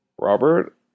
Robert